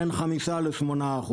בין 5% ל-8%.